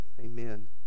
amen